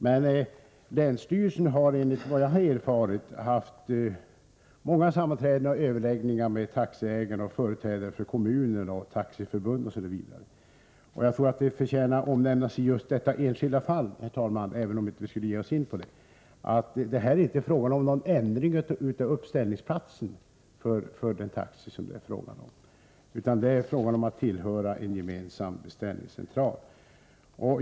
Men länsstyrelsen har enligt vad jag har erfarit haft många sammanträden och överläggningar med taxiägarna, med företrädare för kommunerna, för Taxiförbundet osv. Jag tycker också att det förtjänar att omnämnas i detta enskilda fall, herr talman — även om frågan inte gäller den saken — att det inte är så att uppställningsplatsen för de taxibilar som berörs kommer att ändras, utan att det är fråga om anslutning till gemensam beställningscentral.